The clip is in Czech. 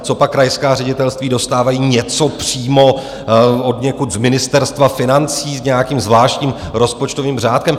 Copak krajská ředitelství dostávají něco přímo odněkud z Ministerstva financí s nějakým zvláštním rozpočtovým řádkem?